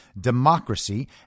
democracy